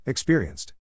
Experienced